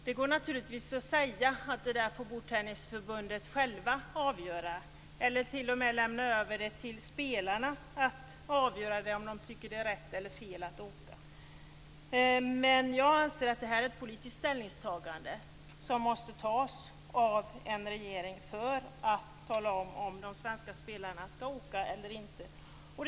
Det går naturligtvis att säga att det får Bordtennisförbundet självt avgöra, eller t.o.m. lämna över det till spelarna att avgöra om de tycker att det är rätt eller fel att åka. Men jag anser att det är ett politiskt ställningstagande som måste göras av regeringen för att säga om de svenska spelarna skall åka eller inte.